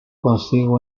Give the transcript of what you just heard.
consigo